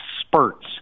spurts